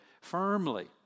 firmly